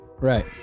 Right